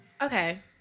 Okay